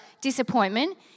disappointment